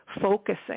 focusing